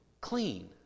clean